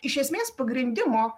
iš esmės pagrindimo